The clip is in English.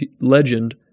legend